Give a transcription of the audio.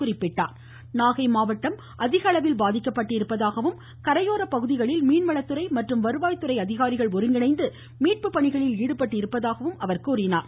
கஜா புயலால் நாகை மாவட்டம் அதிக அளவில் பாதிக்கப்பட்டுள்ளதாகவும் கரையோர பகுதிகளில் மீன்வளத்துறை மற்றும் வருவாய்த்துறை அதிகாரிகள் ஒருங்கிணைந்து மீட்பு பணிகளில் ஈடுபட்டுள்ளதாக தெரிவித்தார்